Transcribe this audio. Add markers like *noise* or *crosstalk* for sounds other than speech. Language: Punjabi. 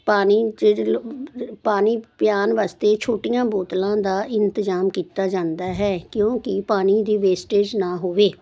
ਪਾਣੀ *unintelligible* ਪਿਆਉਣ ਵਾਸਤੇ ਛੋਟੀਆਂ ਬੋਤਲਾਂ ਦਾ ਇੰਤਜ਼ਾਮ ਕੀਤਾ ਜਾਂਦਾ ਹੈ ਕਿਉਂਕਿ ਪਾਣੀ ਦੀ ਵੇਸਟੇਜ਼ ਨਾ ਹੋਵੇ